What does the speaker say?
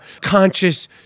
conscious